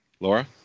Laura